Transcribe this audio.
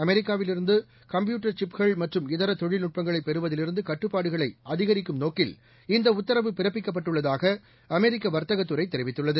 அமெரிக்காவிலிருந்துகம்யூட்டர் தெனால் அந்தநிறவனம் சிப்கள் மற்றம் இதரதொழில்நுட்பங்களைபெறுவதிலிருந்துகட்டுப்பாடுகளைஅதிகரிக்கும் நோக்கில் இந்தஉத்தரவு பிறப்பிக்கப்பட்டுள்ளதாகஅமெரிக்கவர்த்தகத்துறைதெரிவித்துள்ளது